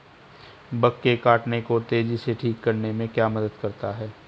Bug के काटने को तेजी से ठीक करने में क्या मदद करता है?